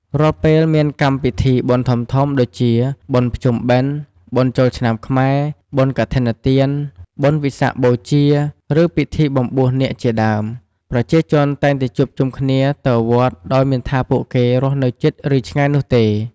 រាល់ពេលមានពិធីបុណ្យធំៗដូចជា បុណ្យភ្ជុំបិណ្ឌ បុណ្យចូលឆ្នាំខ្មែរ បុណ្យកឋិនទាន បុណ្យវិសាខបូជា ឬពិធីបំបួសនាគជាដើម ប្រជាជនតែងតែជួបជុំគ្នាទៅវត្តដោយមិនថាពួកគេរស់នៅជិត ឬឆ្ងាយនោះទេ។